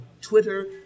Twitter